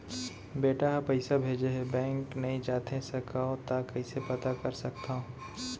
बेटा ह पइसा भेजे हे बैंक नई जाथे सकंव त कइसे पता कर सकथव?